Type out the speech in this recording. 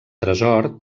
tresor